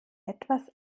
etwas